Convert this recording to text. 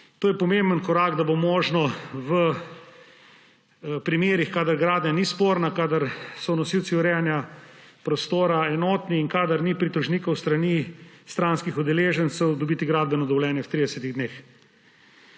To je pomemben korak, da bo možno v primerih, kadar gradnja ni sporna, kadar so nosilci urejanja prostora enotni in kadar ni pritožnikov s strani stranskih udeležencev, dobiti gradbeno dovoljenje v 30 dneh.